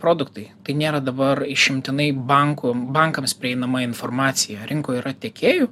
produktai tai nėra dabar išimtinai bankų bankams prieinama informacija rinkoj yra tiekėjų